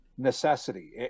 Necessity